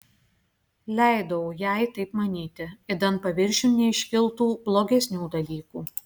leidau jai taip manyti idant paviršiun neiškiltų blogesnių dalykų